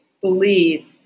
believe